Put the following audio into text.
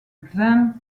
vingt